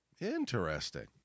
interesting